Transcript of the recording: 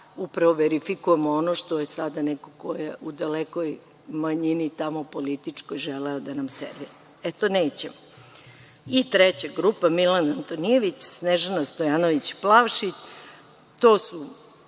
i da verifikujemo ono što je sada neko ko je u dalekoj manjini tamo, političkoj, želeo da nam servira. E, to nećemo. Treća grupa, Milan Antonijević, Snežana Stojanović Plavšić,